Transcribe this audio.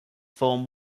form